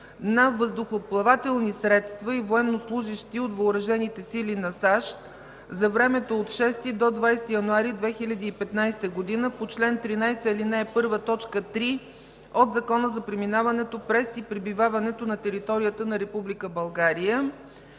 на въздухоплавателни средства и военнослужещи от Въоръжените сили на САЩ за времето от 6 – 20 януари 2015 г. по чл. 13, ал. 1, т. 3 от Закона за преминаването през и пребиваването на територията на Република България.